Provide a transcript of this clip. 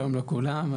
שלום לכולם,